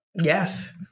Yes